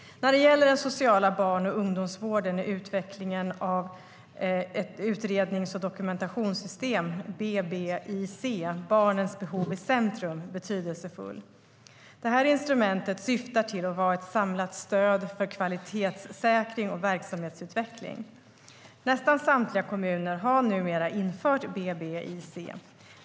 När det gäller den sociala barn och ungdomsvården är utvecklingen av utrednings och dokumentationssystemet BBIC, Barns Behov i Centrum, betydelsefull. Detta instrument syftar till att vara ett samlat stöd för kvalitetssäkring och verksamhetsutveckling. Nästan samtliga kommuner har numera infört BBIC.